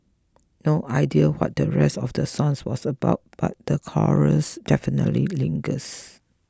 no idea what the rest of the songs was about but the chorus definitely lingers